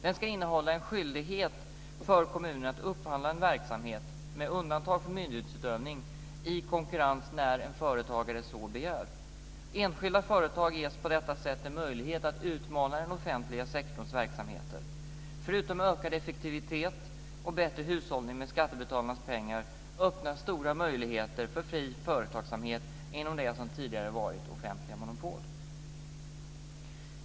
Den ska innehålla en skyldighet för kommunen att upphandla en verksamhet, med undantag för myndighetsutövning, i konkurrens när en företagare så begär. Enskilda företag ges på detta sätt en möjlighet att utmana den offentliga sektorns verksamheter. Förutom att det blir ökad effektivitet och bättre hushållning med skattebetalarnas pengar öppnas stora möjligheter för fri företagsamhet inom det som tidigare varit offentliga monopol.